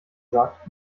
sagt